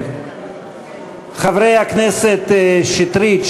חברי הכנסת שטרית,